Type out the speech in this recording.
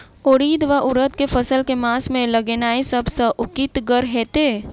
उड़ीद वा उड़द केँ फसल केँ मास मे लगेनाय सब सऽ उकीतगर हेतै?